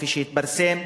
כפי שהתפרסם.